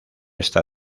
está